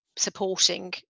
supporting